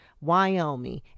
Wyoming